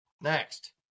Next